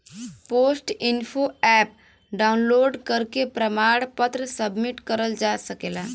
post info app download करके प्रमाण पत्र सबमिट करल जा सकला